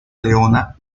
leona